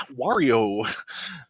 Wario